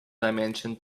dimension